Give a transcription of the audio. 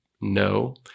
No